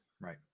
right